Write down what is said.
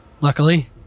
luckily